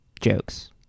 jokes